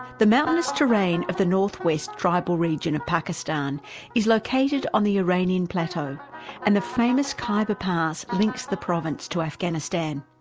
the mountainous terrain of the north-west tribal region of pakistan is located on the iranian plateau and the famous khyber pass links the province to afghanistan.